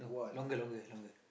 longer longer longer